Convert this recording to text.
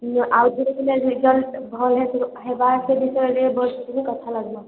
ଆଉ ଥରେ ରେଜଲ୍ଟ ଭଲ ହେବା ସେଇ ବିଷୟରେ ବସିକିରି କଥା